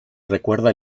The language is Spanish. recuerda